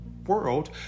world